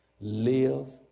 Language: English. live